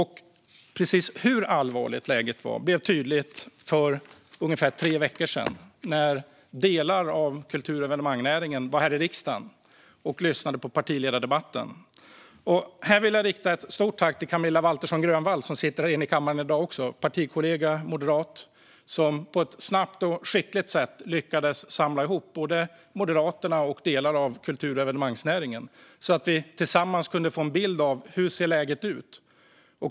Hur allvarligt läget var blev tydligt för ungefär tre veckor sedan, när delar av kultur och evenemangsnäringen var här i riksdagen och lyssnade på partiledardebatten. Här vill jag rikta ett stort tack till Camilla Waltersson Grönvall, som sitter här i kammaren i dag också. Hon är en moderat partikollega som på ett snabbt och skickligt sätt lyckades samla ihop både Moderaterna och delar av kultur och evenemangsnäringen så att vi tillsammans kunde få en bild av läget.